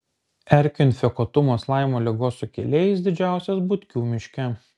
erkių infekuotumas laimo ligos sukėlėjais didžiausias butkių miške